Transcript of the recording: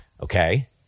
okay